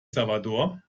salvador